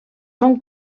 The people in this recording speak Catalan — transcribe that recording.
són